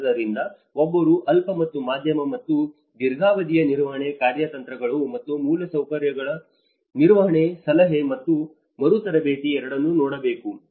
ಆದ್ದರಿಂದ ಒಬ್ಬರು ಅಲ್ಪ ಮತ್ತು ಮಧ್ಯಮ ಮತ್ತು ದೀರ್ಘಾವಧಿಯ ನಿರ್ವಹಣೆ ಕಾರ್ಯತಂತ್ರಗಳು ಮತ್ತು ಮೂಲಸೌಕರ್ಯ ನಿರ್ವಹಣೆ ಸಲಹೆ ಮತ್ತು ಮರುತರಬೇತಿ ಎರಡನ್ನೂ ನೋಡಬೇಕು